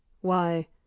Why